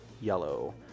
Yellow